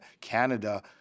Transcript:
Canada